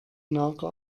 nager